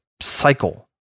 cycle